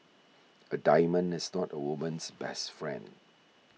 a diamond is not a woman's best friend